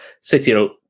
City